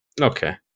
okay